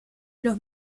los